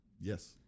Yes